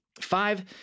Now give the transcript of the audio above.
Five